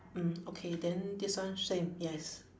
mm okay then this one same yes